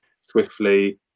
swiftly